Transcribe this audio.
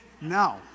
No